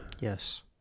yes